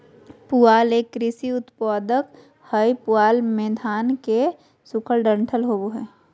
पुआल एक कृषि उपोत्पाद हय पुआल मे धान के सूखल डंठल होवो हय